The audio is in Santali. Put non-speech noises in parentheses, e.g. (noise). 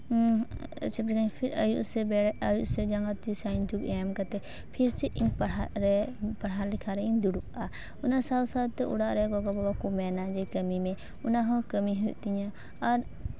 ᱦᱮᱸ (unintelligible) ᱯᱷᱤᱨ ᱟᱹᱭᱩᱵ ᱥᱮᱜ ᱵᱮᱨᱮᱫ ᱟᱹᱭᱩᱵ ᱥᱮ ᱡᱟᱸᱜᱟ ᱛᱤ ᱥᱟᱶ ᱤᱧ (unintelligible) ᱮᱢ ᱠᱟᱛᱮ ᱯᱷᱤᱨ ᱥᱮ ᱯᱟᱲᱦᱟᱜ ᱨᱮ ᱯᱟᱲᱦᱟᱣ ᱞᱮᱠᱷᱟᱨᱮ ᱤᱧ ᱫᱩᱲᱩᱵᱟ ᱚᱱᱟ ᱥᱟᱶ ᱥᱟᱶ ᱛᱮ ᱚᱲᱟᱜ ᱨᱮ ᱜᱚᱜᱚ ᱵᱟᱵᱟ ᱠᱚ ᱢᱮᱱᱟ ᱠᱟᱹᱢᱤ ᱢᱮ ᱚᱱᱟ ᱦᱚᱸ ᱠᱟᱹᱢᱤ ᱦᱩᱭᱩᱜ ᱛᱤᱧᱟᱹ ᱟᱨ